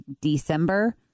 December